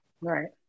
Right